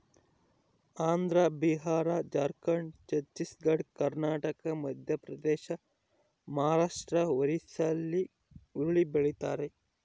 ಆಂಧ್ರ ಬಿಹಾರ ಜಾರ್ಖಂಡ್ ಛತ್ತೀಸ್ ಘಡ್ ಕರ್ನಾಟಕ ಮಧ್ಯಪ್ರದೇಶ ಮಹಾರಾಷ್ಟ್ ಒರಿಸ್ಸಾಲ್ಲಿ ಹುರುಳಿ ಬೆಳಿತಾರ